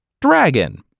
Dragon